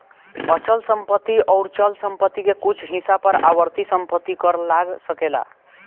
अचल संपत्ति अउर चल संपत्ति के कुछ हिस्सा पर आवर्ती संपत्ति कर लाग सकेला